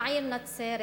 מהעיר נצרת,